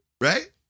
right